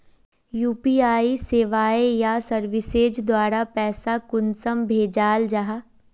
UPI सेवाएँ या services द्वारा पैसा कुंसम भेजाल जाहा?